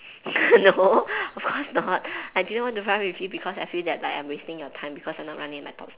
no of course not I didn't want to run with you because I feel that like I'm wasting your time because I'm not running at my top